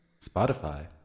Spotify